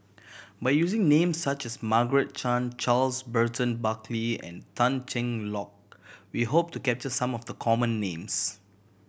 by using names such as Margaret Chan Charles Burton Buckley and Tan Cheng Lock we hope to capture some of the common names